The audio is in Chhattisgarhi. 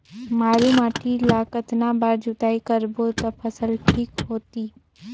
मारू माटी ला कतना बार जुताई करबो ता फसल ठीक होती?